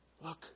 Look